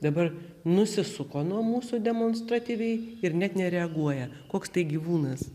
dabar nusisuko nuo mūsų demonstratyviai ir net nereaguoja koks tai gyvūnas